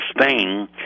Spain